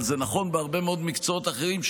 אבל זה נכון בהרבה מאוד מקצועות אחרים,